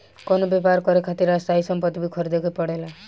कवनो व्यापर करे खातिर स्थायी सम्पति भी ख़रीदे के पड़ेला